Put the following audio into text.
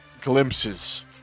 glimpses